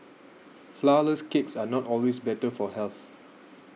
Flourless Cakes are not always better for health